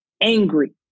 angry